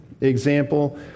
example